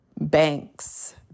banks